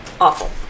awful